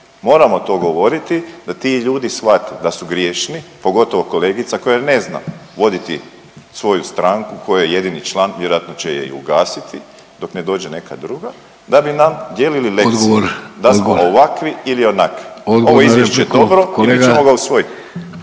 Moramo to govoriti da ti ljudi shvate da su griješni pogotovo kolegica koja ne zna voditi svoju stranku koje je jedini član, vjerojatno će je i ugasiti dok ne dođe neka druga da bi nam dijelili lekcije …/Upadica Vidović: Odgovor, odgovor./…